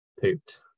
pooped